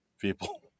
people